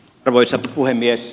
arvoisa puhemies